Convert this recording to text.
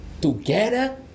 together